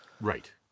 Right